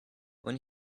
when